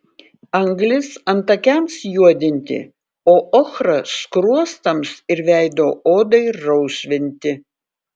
anglis antakiams juodinti o ochra skruostams ir veido odai rausvinti